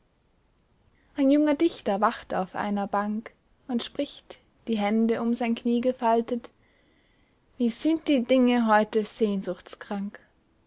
ein junger dichter wacht auf einer bank und spricht die hände um sein knie gefaltet wie sind die dinge heute